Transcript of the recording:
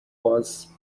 was